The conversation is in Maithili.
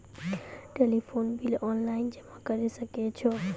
टेलीफोन बिल ऑनलाइन जमा करै सकै छौ?